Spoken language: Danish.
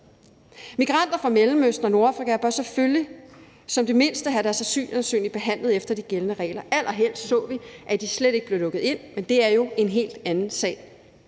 Migranter fra Mellemøsten og Nordafrika bør selvfølgelig som det mindste have deres asylansøgning behandlet efter de gældende regler. Allerhelst så vi, at de slet ikke blev lukket ind, men det er jo en helt anden sag.